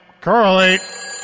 Correlate